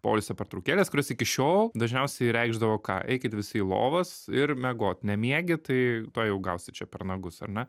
poilsio pertraukėlės kurios iki šiol dažniausiai reikšdavo ką eikit visi į lovas ir miegot nemiegi tai tuojau gausi čia per nagus ar ne